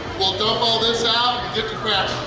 we'll dump all this out